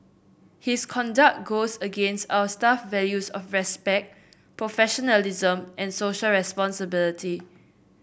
his conduct goes against our staff values of respect professionalism and Social Responsibility